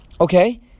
Okay